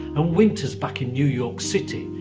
and winters back in new york city,